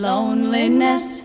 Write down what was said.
Loneliness